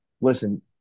listen